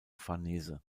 farnese